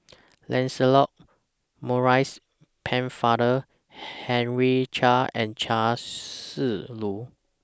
Lancelot Maurice Pennefather Henry Chia and Chia Shi Lu